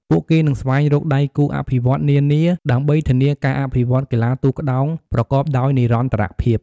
ពួកគេនឹងស្វែងរកដៃគូអភិវឌ្ឍន៍នានាដើម្បីធានាការអភិវឌ្ឍន៍កីឡាទូកក្ដោងប្រកបដោយនិរន្តរភាព។